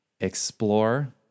explore